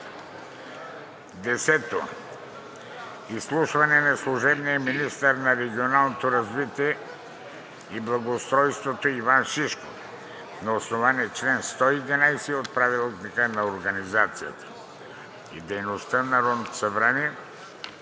г. 10. Изслушване на служебния министър на регионалното развитие и благоустройството Иван Шишков на основание чл. 111 от Правилника за организацията и дейността на Народното събрание